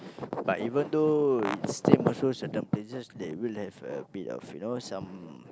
but even though it's certain places that will have a bit of you know some